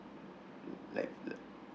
like like